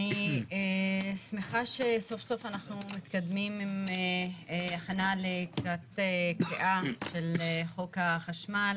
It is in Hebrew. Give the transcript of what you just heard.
אני שמחה שסוף סוף אנחנו מתקדמים עם הכנה לקראת קריאה של חוק החשמל